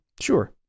Sure